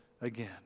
again